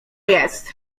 jest